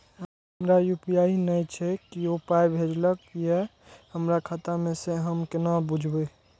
हमरा यू.पी.आई नय छै कियो पाय भेजलक यै हमरा खाता मे से हम केना बुझबै?